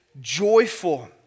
joyful